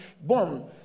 born